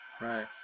Right